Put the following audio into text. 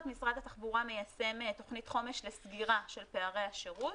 משרד התחבורה מיישם תוכנית חומש לסגירה של פערי השירות,